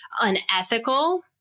unethical